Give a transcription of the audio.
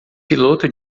piloto